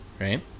right